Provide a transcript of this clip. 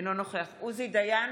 אינו נוכח עוזי דיין,